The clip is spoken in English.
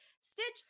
Stitch